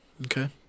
Okay